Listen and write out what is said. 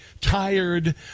tired